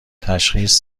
تشخیص